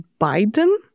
Biden